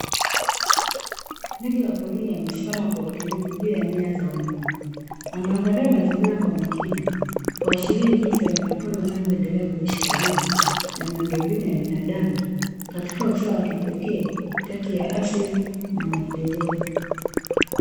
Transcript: Ndege wa porini amesimama kwa utulivu juu ya nyaya za umeme. Anaangalia mazingira kwa makini, kuashiria jinsi wanyama pori wanavyoendelea kuishi kwa ukaribu na miundombinu ya binadamu, katika usawa wa kipekee kati ya asili na maendeleo.